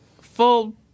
full-